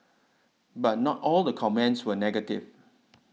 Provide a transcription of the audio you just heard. but not all the comments were negative